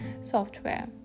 software